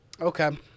Okay